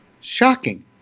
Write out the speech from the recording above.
shocking